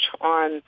on